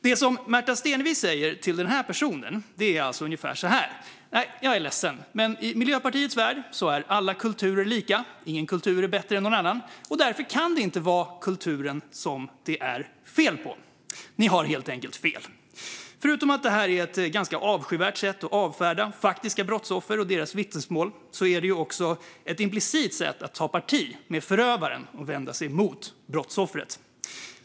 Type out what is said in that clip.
Det Märta Stenevi säger till den här personen är ungefär: Nej, jag är ledsen, men i Miljöpartiets värld är alla kulturer lika, ingen kultur är bättre än någon annan, och därför kan det inte vara kulturen som det är fel på. Ni har helt enkelt fel. Förutom att det här är ett ganska avskyvärt sätt att avfärda faktiska brottsoffer och deras vittnesmål på är det också implicit ett sätt att ta parti för förövaren och vända sig emot brottsoffret.